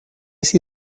see